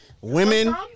Women